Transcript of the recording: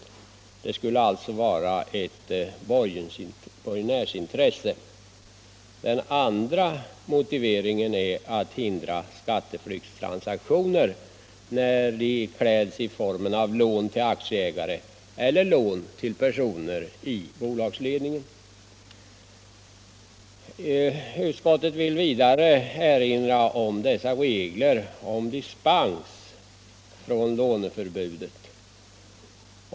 Dessa regler skulle alltså tjäna ett borgenärsintresse. Den andra motiveringen är att hindra skatteflyktstransaktioner i form av lån till aktieägare eller lån till personer i bolagsledningen. Utskottet erinrar vidare om reglerna om dispens från låneförbudet.